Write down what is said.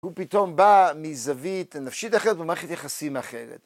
הוא פתאום בא מזווית נפשית אחרת ומערכת יחסים אחרת.